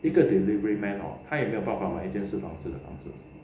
一个 deliveryman hor 他有没有办法买一个四方室的房子